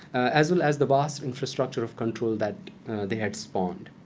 as well as the vast infrastructure of control that they had spawned.